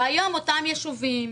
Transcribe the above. היום אותם ישובים,